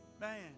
man